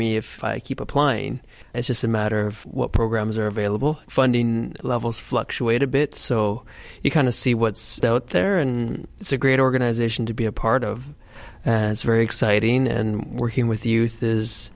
me if i keep applying it's just a matter of what programs are available funding levels fluctuate a bit so you kind of see what's out there and it's a great organization to be a part of it's very exciting and working with youth is